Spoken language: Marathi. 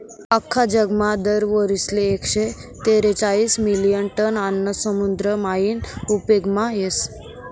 आख्खा जगमा दर वरीसले एकशे तेरेचायीस मिलियन टन आन्न समुद्र मायीन उपेगमा येस